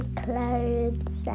clothes